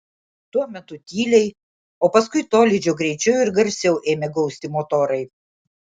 tuo metu tyliai o paskui tolydžio greičiau ir garsiau ėmė gausti motorai